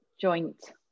Joint